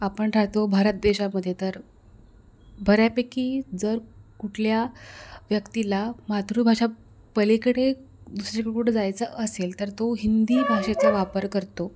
आपण राहतो भारत देशामध्ये तर बऱ्यापैकी जर कुठल्या व्यक्तीला मातृभाषा पलीकडे दुसरीकडे कुठे जायचं असेल तर तो हिंदी भाषेचा वापर करतो